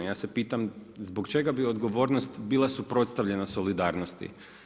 Ja se pitam, zbog čega bi odgovornost bila suprotstavljena solidarnosti?